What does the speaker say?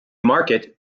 market